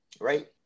right